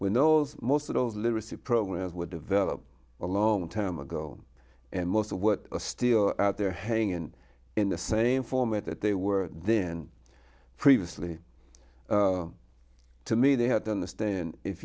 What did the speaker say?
those most of those literacy programs were developed a long time ago and most of what a steal out there hanging in the same format that they were then previously to me they have to understand if